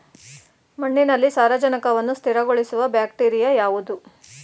ಮಣ್ಣಿನಲ್ಲಿ ಸಾರಜನಕವನ್ನು ಸ್ಥಿರಗೊಳಿಸುವ ಬ್ಯಾಕ್ಟೀರಿಯಾ ಯಾವುದು?